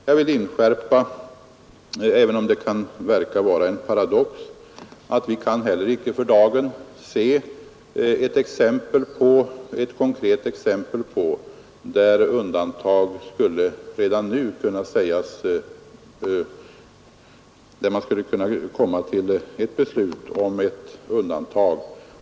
Jag vill inskärpa — även om det kan verka som en paradox — att vi heller icke för dagen kan se något konkret fall där man skulle kunna fatta beslut om ett undantag.